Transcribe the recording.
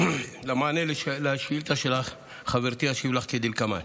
במענה על השאילתה שלך, חברתי, אני אשיב לך כדלקמן: